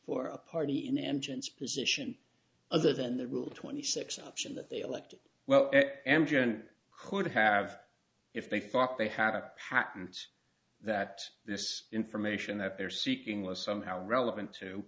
for a party in engines position other than the rule twenty six option that they elected well amgen could have if they thought they had a patent that this information that they're seeking less somehow relevant to